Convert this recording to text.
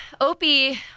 Opie